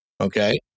Okay